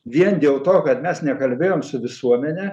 vien dėl to kad mes nekalbėjom su visuomene